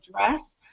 address